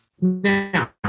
Now